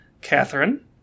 Catherine